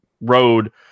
road